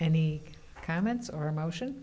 any comments or motion